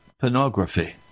pornography